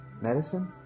Medicine